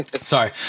Sorry